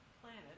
planet